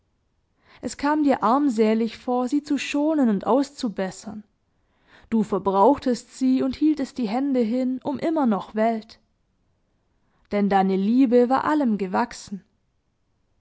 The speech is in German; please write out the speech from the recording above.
es kam dir armsälig vor sie zu schonen und auszubessern du verbrauchtest sie und hieltest die hände hin um immer noch welt denn deine liebe war allem gewachsen